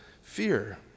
fear